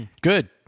Good